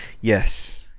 Yes